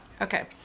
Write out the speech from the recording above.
Okay